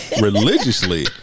religiously